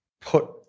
put